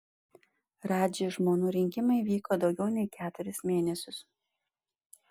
radži žmonų rinkimai vyko daugiau nei keturis mėnesius